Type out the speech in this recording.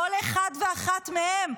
כל אחד ואחת מהם.